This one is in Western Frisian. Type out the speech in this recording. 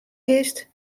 giest